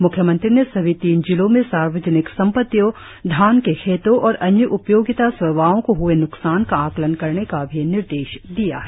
मुख्यमंत्री ने सभी तीन जिलों में सार्वजनिक संपत्तियों धान के खेतों और अन्य उपयोगिता सेवाओं को ह्ए नुकसान का आकलन करने का भी निर्देश दिया है